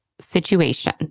situation